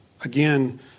again